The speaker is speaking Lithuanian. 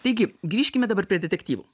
taigi grįžkime dabar prie detektyvų